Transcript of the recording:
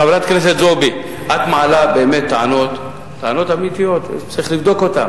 חברי חברי הכנסת, עד כאן תגובת משרד הפנים.